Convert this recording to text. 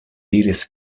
diris